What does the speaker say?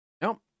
nope